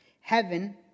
Heaven